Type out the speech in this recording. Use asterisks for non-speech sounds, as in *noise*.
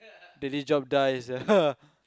daily job die sia *laughs*